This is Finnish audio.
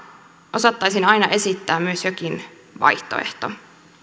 osattaisiin aina esittää myös jokin vaihtoehto